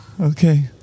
Okay